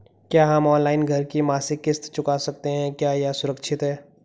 क्या हम ऑनलाइन घर की मासिक किश्त चुका सकते हैं क्या यह सुरक्षित है?